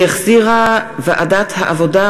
שהחזירה ועדת העבודה,